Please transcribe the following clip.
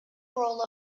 role